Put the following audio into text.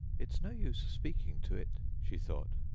it's no use speaking to it she thought,